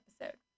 episode